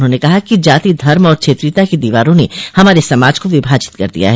उन्होंने कहा कि जाति धर्म और क्षेत्रीयता की दीवारों ने हमारे समाज को विभाजित कर दिया है